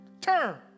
turn